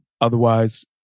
Otherwise